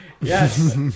Yes